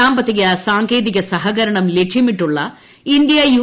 സാമ്പത്തിക സാങ്കേതിക സഹകരണം ലക്ഷ്യമിട്ടുള്ള ഇന്ത്യ യു